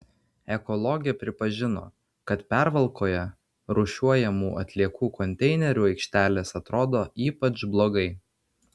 ekologė pripažino kad pervalkoje rūšiuojamų atliekų konteinerių aikštelės atrodo ypač blogai